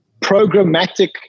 programmatic